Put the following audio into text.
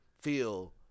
feel